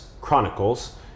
Chronicles